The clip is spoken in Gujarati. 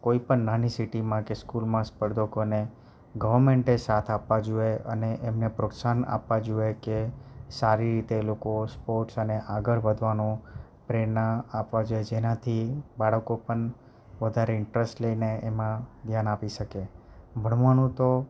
કોઈ પણ નાની સિટીમાં કે સ્કૂલમાં સ્પર્ધકોને ગવમેન્ટે સાથ આપવા જોઈએ અને એમને પ્રોત્સાહન આપવા જોઈએ કે રીતે એ લોકો સ્પોર્ટ્સ અને આગળ વધવાનો પ્રેરણા આપવા જોઈએ જેનાથી બાળકો પણ વધારે ઇન્ટરેસ્ટ લઈને એમાં ધ્યાન આપી શકે ભણવાનું તો